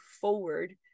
forward